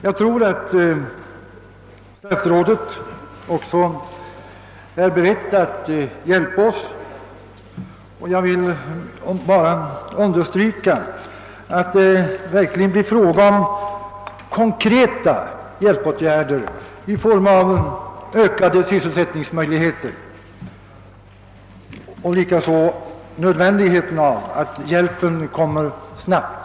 Jag tror att statsrådet är beredd att hjälpa oss. Låt mig endast understryka att det måste bli fråga om konkreta hjälpåtgärder i form av ökade sysselsättningsmöjligheter och att det är nödvändigt att hjälpen kommer snabbt.